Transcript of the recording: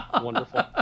Wonderful